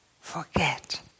forget